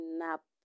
nap